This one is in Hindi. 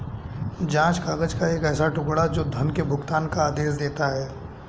जाँच काग़ज़ का एक ऐसा टुकड़ा, जो धन के भुगतान का आदेश देता है